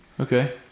Okay